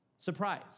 Surprise